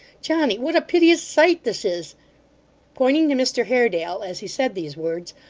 johnny, what a piteous sight this is pointing to mr haredale as he said these words,